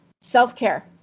self-care